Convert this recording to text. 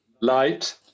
light